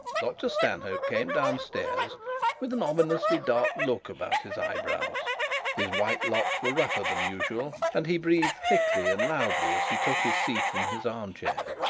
dr stanhope came down stairs with an ominously dark look about his eyebrows his white locks were rougher than usual, and he breathed thickly and loudly as he took his seat in his arm-chair.